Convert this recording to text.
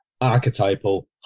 archetypal